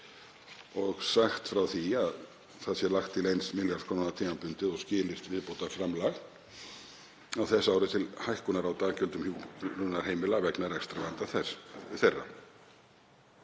og sagt frá því að lagt sé til 1 milljarðs kr. tímabundið og skilyrt viðbótarframlag á þessu ári til hækkunar á daggjöldum hjúkrunarheimila vegna rekstrarvanda þeirra.